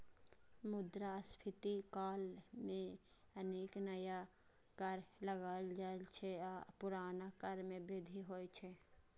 मुद्रास्फीति काल मे अनेक नया कर लगाएल जाइ छै आ पुरना कर मे वृद्धि होइ छै